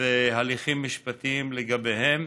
והליכים משפטים לגביהם